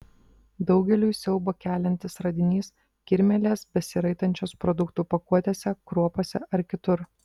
daugeliui siaubą keliantis radinys kirmėlės besiraitančios produktų pakuotėse kruopose ar kitur